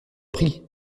prie